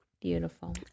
beautiful